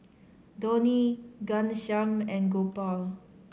Dhoni Ghanshyam and Gopal